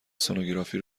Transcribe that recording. سنوگرافی